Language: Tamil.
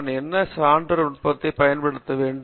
நான் என்ன சான்று நுட்பத்தை பயன்படுத்த வேண்டும்